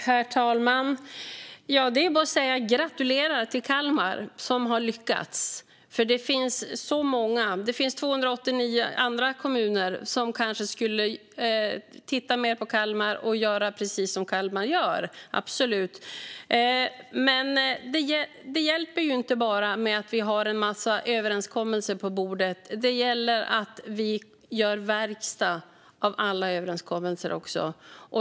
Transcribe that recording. Herr talman! Det är bara att gratulera Kalmar, som har lyckats. Det finns 289 andra kommuner som kanske skulle titta mer på Kalmar och göra precis som Kalmar gör, absolut. Men det hjälper inte att vi bara har en massa överenskommelser på bordet. Det gäller att vi också gör verkstad av alla överenskommelser.